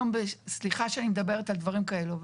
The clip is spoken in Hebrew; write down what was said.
סליחה שאני מדברת על דברים כאלו.